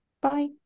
Bye